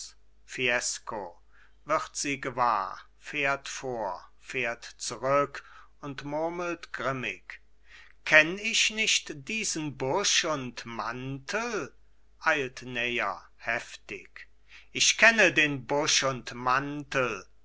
wird sie gewahr fährt vor fährt zurück und murmelt grimmig kenn ich nicht diesen busch und mantel eilt näher heftig ich kenne den busch und mantel